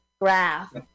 graph